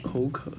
口渴